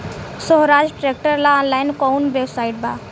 सोहराज tractor ला online कोउन website बा?